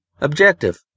Objective